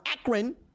Akron